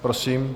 Prosím.